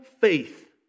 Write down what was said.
faith